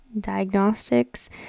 Diagnostics